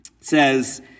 says